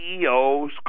CEOs